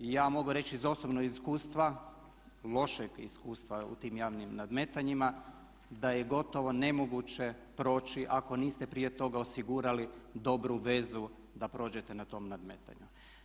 I ja mogu reći iz osobnog iskustva, lošeg iskustva u tim javnim nadmetanjima da je gotovo nemoguće proći ako niste prije toga osigurali dobru vezu da prođete na tom nadmetanju.